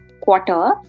quarter